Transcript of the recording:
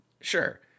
Sure